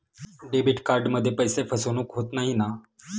Debit कार्डमध्ये पैसे फसवणूक होत नाही ना?